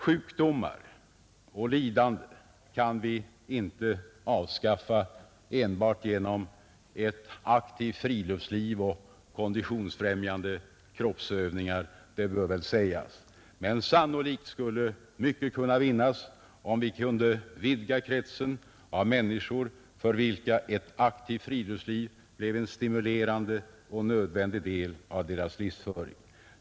Sjukdomar och lidande kan vi inte avskaffa enbart genom ett aktivt friluftsliv och konditionsfrämjande kroppsövningar — det bör väl sägas. Men sannolikt skulle mycket kunna vinnas, om vi kunde vidga kretsen av människor för vilka ett aktivt friluftsliv blev en stimulerande och nödvändig del av deras livsföring.